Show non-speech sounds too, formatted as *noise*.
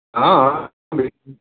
हाँ हाँ बैट *unintelligible*